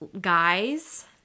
guys